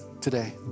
today